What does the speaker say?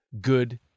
good